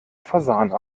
fasane